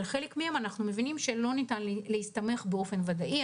על חלק מהן אנחנו מבינים שלא ניתן להסתמך באופן ודאי.